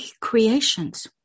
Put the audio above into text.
creations